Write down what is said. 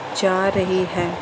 ਜਾ ਰਹੀ ਹੈ